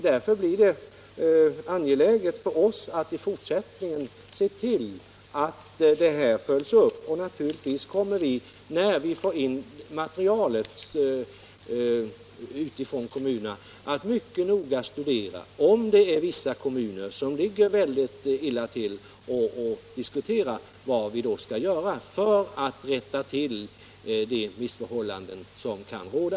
Därför blir det angeläget för oss att i fortsättningen se till att frågan följs upp. Naturligtvis kommer vi, när vi får in materialet från kommunerna, att mycket noggrant studera om det är vissa kommuner som ligger mycket illa till och då diskutera vad vi skall göra för att rätta till de missförhållanden som kan råda.